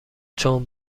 چون